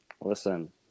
Listen